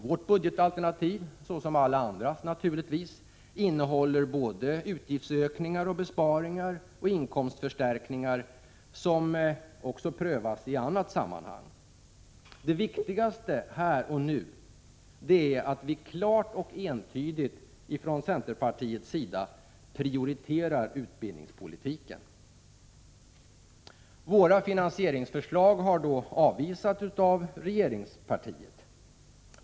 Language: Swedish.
Vårt budgetalternativ innehåller liksom alla andras utgiftsökningar, besparingar och inkomstförstärkningar, som också prövas i annat sammanhang. Det viktigaste här och nu är att vi klart och entydigt från centerpartiets sida prioriterar utbildningspolitiken. Våra finansieringsförslag har avvisats av regeringspartiet.